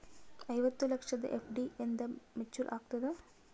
ಐವತ್ತು ಲಕ್ಷದ ಎಫ್.ಡಿ ಎಂದ ಮೇಚುರ್ ಆಗತದ?